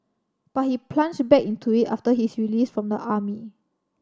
but he plunged back into it after his release from the army